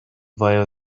via